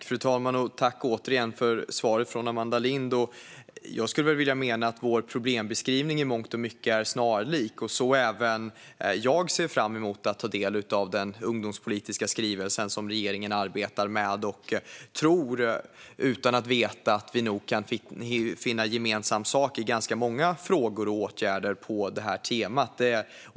Fru talman! Tack återigen för svaret från Amanda Lind! Jag vill mena att vår problembeskrivning i mångt och mycket är snarlik, så även jag ser fram emot att ta del av den ungdomspolitiska skrivelse som regeringen arbetar med. Jag tror, utan att veta, att vi nog kan finna gemensam sak i ganska många frågor och åtgärder på det här temat.